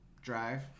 drive